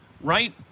right